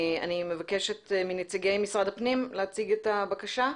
אני מבקשת מנציגי משרד הפנים להציג את הבקשה.